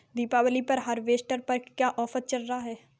दीपावली पर हार्वेस्टर पर क्या ऑफर चल रहा है?